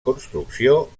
construcció